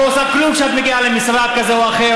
את לא עושה כלום כשאת מגיעה למשרד כזה או אחר.